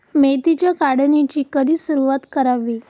मेथीच्या काढणीची कधी सुरूवात करावी?